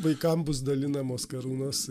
vaikam bus dalinamos karūnos